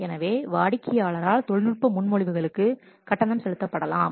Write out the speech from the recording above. எனவே வாடிக்கையாளரால் தொழில்நுட்ப முன்மொழிவுகளுக்கு கட்டணம் செலுத்தப்படலாம்